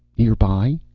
nearby?